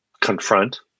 confront